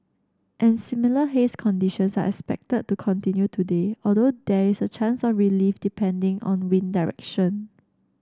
and similar haze conditions are expected to continue today although there is a chance of relief depending on wind direction